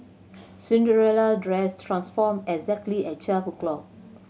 Cinderella dress transformed exactly at twelve o'clock